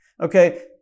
okay